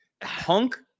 Punk